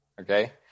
Okay